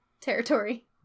territory